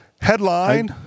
Headline